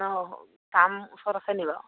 farm ওচৰত আছে নেকি বাৰু